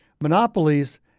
Monopolies